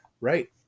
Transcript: right